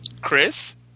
Chris